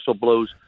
blows